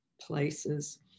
places